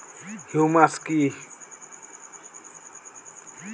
Humus কি?